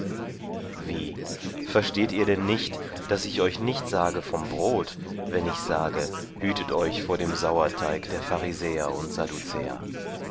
wie versteht ihr denn nicht daß ich euch nicht sage vom brot wenn ich sage hütet euch vor dem sauerteig der pharisäer und